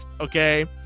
okay